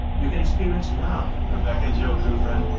you can experience love. rebecca jill kufrin,